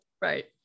Right